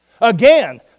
Again